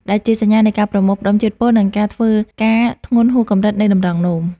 ដែលជាសញ្ញានៃការប្រមូលផ្តុំជាតិពុល និងការធ្វើការធ្ងន់ហួសកម្រិតនៃតម្រងនោម។